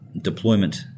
deployment